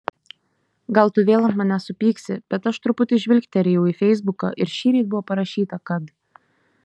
gal tu vėl ant manęs supyksi bet aš truputį žvilgterėjau į feisbuką ir šįryt buvo parašyta kad